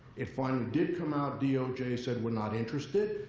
it finally did come out. doj said we're not interested.